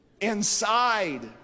inside